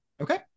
Okay